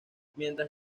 mientras